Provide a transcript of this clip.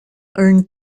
earned